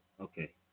Okay